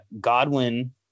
Godwin